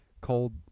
cold